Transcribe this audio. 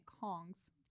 kong's